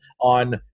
on